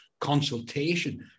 consultation